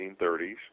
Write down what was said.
1930s